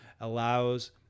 allows